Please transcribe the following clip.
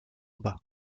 bas